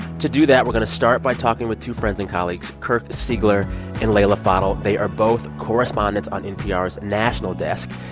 to do that, we're going to start by talking with two friends and colleagues, kirk siegler and leila fadel. they are both correspondents on npr's national desk.